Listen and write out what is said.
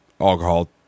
alcohol